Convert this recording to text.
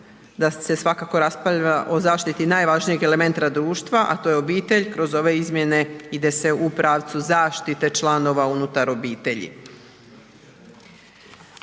da se svakako raspravlja o zaštititi najvažnije elementa društva, a to je obitelj. Kroz ove izmjene ide se u pravcu zaštite članova unutar obitelji.